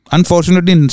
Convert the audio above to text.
Unfortunately